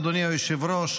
אדוני היושב-ראש,